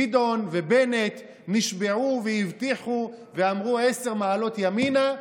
גדעון ובנט נשבעו והבטיחו ואמרו "עשר מעלות ימינה",